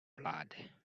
blood